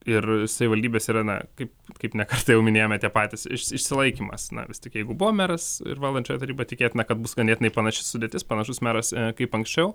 ir savivaldybės yra na kaip kaip ne kartą jau minėjome tie patys iš išsilaikymas na vis tik jeigu buvo meras ir valdančioji taryba tikėtina kad bus ganėtinai panaši sudėtis panašus meras kaip anksčiau